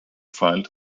find